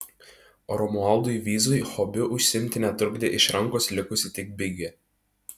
romualdui vyzui hobiu užsiimti netrukdė iš rankos likusi tik bigė